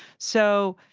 so,